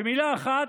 במילה אחת: